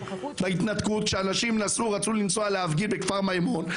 כשאנשים רצו לנסוע להפגין בכפר מימון,